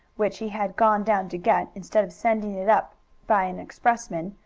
which he had gone down to get, instead of sending it up by an expressman,